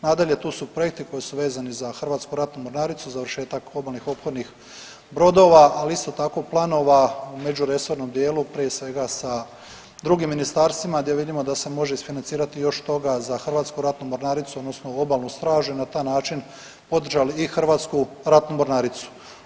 Nadalje, tu su projekti koji su vezani za Hrvatsku ratnu mornaricu, završetak obalnih oklopnih brodova, ali isto tako planova u međuresornom dijelu prije svega sa drugim ministarstvima gdje vidimo da se može isfinancirati još toga za Hrvatsku ratnu mornaricu, odnosno obalnu stražu i na taj način održali i Hrvatsku ratnu mornaricu.